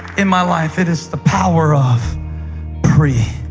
in my life. it is the power of pre.